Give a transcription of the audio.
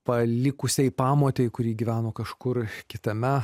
palikusiai pamotei kuri gyveno kažkur kitame